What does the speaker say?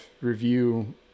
review